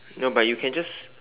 no but you can just